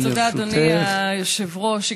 תודה, אדוני היושב-ראש.